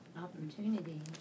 opportunity